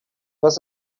was